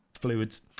Fluids